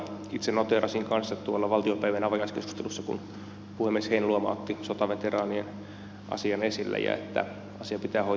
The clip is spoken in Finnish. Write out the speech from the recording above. itse noteerasin kanssa valtiopäivän avajaiskeskustelussa kun puhemies heinäluoma otti sotaveteraanien asian esille että asia pitää hoitaa kuntoon